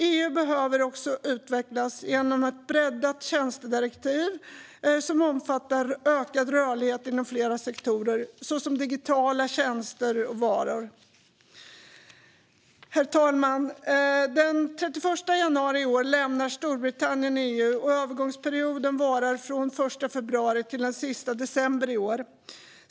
EU behöver också utvecklas genom ett breddat tjänstedirektiv som omfattar ökad rörlighet inom flera sektorer, såsom digitala tjänster och varor. Herr talman! Den 31 januari i år lämnade Storbritannien EU, och övergångsperioden varar från den 1 februari till den sista december i år.